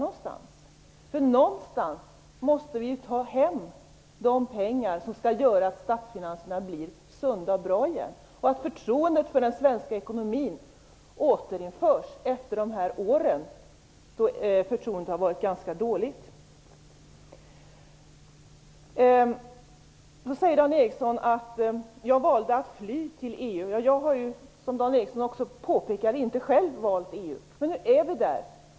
Någonstans måste vi ta hem de pengar som skall göra att statsfinanserna blir sunda och bra igen, att förtroendet för den svenska ekonomin återinförs, efter dessa år då förtroendet har varit ganska dåligt. Dan Ericsson säger att jag valde att fly till EU. Som Dan Ericsson också påpekar har jag inte själv valt EU. Men nu är vi där.